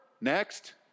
next